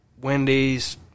wendy's